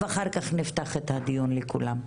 אחר כך נפתח את הדיון לכולם.